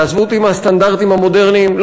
ותעזבו אותי מהסטנדרטים המודרניים.